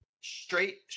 straight